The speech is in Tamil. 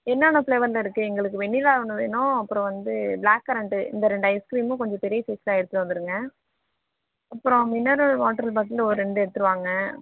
என்னென்ன ஃப்ளேவர்ல இருக்கு எங்களுக்கு வெண்ணிலா ஒன்று வேணும் அப்புறம் வந்து பிளாக் கரெண்ட்டு இந்த ரெண்டு ஐஸ்கிரீமும் கொஞ்சம் பெரிய சைஸாக எடுத்து வந்துடுங்க அப்புறம் மினரல் வாட்டரு பாட்டிலும் ஒரு ரெண்டு எடுத்துட்டு வாங்க